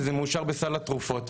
וזה מאושר בסל התרופות.